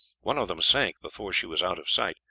one of them sank before she was out of sight,